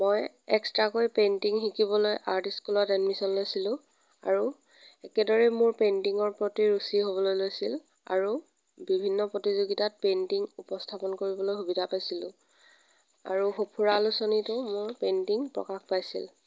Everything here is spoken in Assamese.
মই এক্সট্ৰাকৈ পেইণ্টিং শিকিবলৈ আৰ্ট স্কুলত এডমিচন লৈছিলোঁ আৰু একেদৰেই মোৰ পেইণ্টিঙৰ প্ৰতি ৰুচি হ'বলৈ লৈছিল আৰু বিভিন্ন প্ৰতিযোগীতাত পেইণ্টিং উপস্থাপন কৰিবলৈ সুবিধা পাইছিলোঁ আৰু সঁফুৰা আলোচনীতো মোৰ প্ৰিণ্টিং প্ৰকাশ পাইছিল